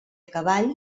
cavall